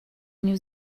new